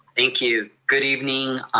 thank you. good evening,